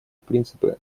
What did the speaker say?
принципы